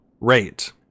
rate